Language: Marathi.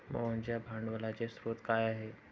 मोहनच्या भांडवलाचे स्रोत काय आहे?